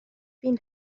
بین